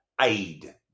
aid